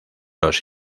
los